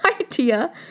idea